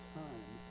time